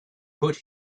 put